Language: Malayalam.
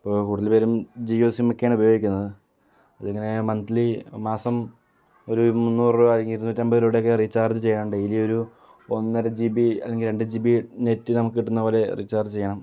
ഇപ്പോൾ കൂടുതൽ പേരും ജിയോ സിമ്മൊക്കെയാണ് ഉപയോഗിക്കുന്നത് അതിങ്ങനെ മന്ത്ലി മാസം ഒരു മുന്നൂറ് രൂപ ഇരുന്നൂറ്റമ്പത് രൂപയുടെയൊക്കെ റീചാർജ് ചെയ്യാം ഡെയിലി ഒരു ഒന്നര ജി ബി അല്ലെങ്കിൽ രണ്ട് ജി ബി നെറ്റ് നമുക്ക് കിട്ടുന്ന പോലെ റീചാർജ് ചെയ്യണം